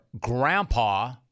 Grandpa